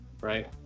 right